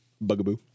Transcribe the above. Bugaboo